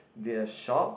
their shop